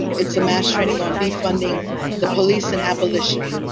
um it's a mass training on defunding the police and abolition.